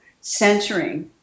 centering